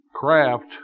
craft